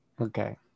Okay